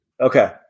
Okay